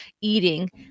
eating